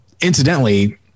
incidentally